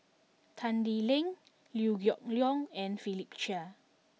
Tan Lee Leng Liew Geok Leong and Philip Chia